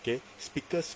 K speakers